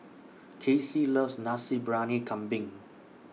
Casey loves Nasi Briyani Kambing